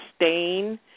sustain